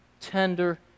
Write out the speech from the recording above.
tender